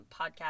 podcast